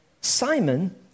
Simon